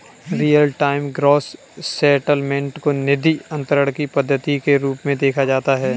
real time gross settlement को निधि अंतरण की पद्धति के रूप में देखा जाता है